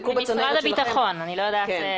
למשרד הביטחון, אני לא יודעת איך זה שם.